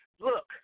Look